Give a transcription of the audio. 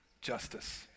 justice